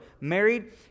Married